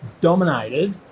dominated